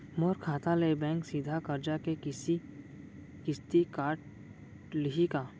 मोर खाता ले बैंक सीधा करजा के किस्ती काट लिही का?